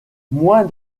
moins